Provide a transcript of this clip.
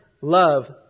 love